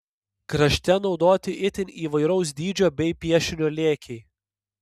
krašte naudoti itin įvairaus dydžio bei piešinio lėkiai